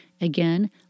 Again